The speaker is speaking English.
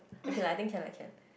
okay lah I think can lah can